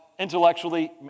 Intellectually